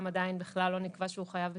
עדיין בכלל לא נקבע שהוא חייב בתשלום.